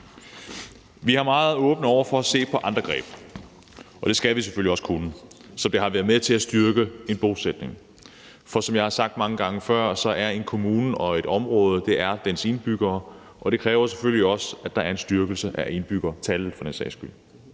Vi er meget åbne over for at se på andre greb – og det skal vi selvfølgelig også være – som vil være med til at styrke en bosætning. For som jeg har sagt mange gange før, er en kommune og et område dens indbyggere, og det kræver for den sags skyld selvfølgelig også, at der er en styrkelse af indbyggertallet. Mange steder